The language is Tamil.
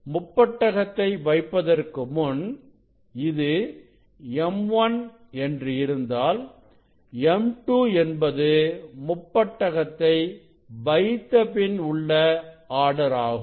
முப்பட்டகத்தை வைப்பதற்கு முன் இது m1 என்று இருந்தால் m2 என்பது முப்பட்டகத்தை வைத்தபின் உள்ள ஆர்டர் ஆகும்